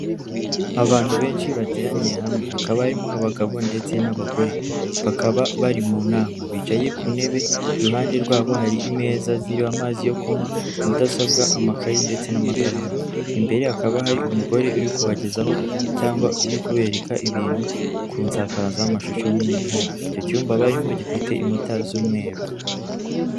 Abantu benshi bateraniye hamwe hakaba barimo abagabo ndetse n'abagore bakaba bari mu nama bicaye ku ntebe, iruhande rwabo harimeza ziriho amazi yo kunywa mudasobwa amakayi ndetse n'amakaramu imbere hakaba hari umugore uri kubagezaho cyangwa uri kubereka ibintu kusakazaho amashusho nini ihari icyo cyumba barimo gifite inkuta z'umweru.